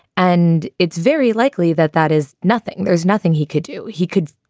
and it's very likely that that is nothing. there's nothing he could do. he could.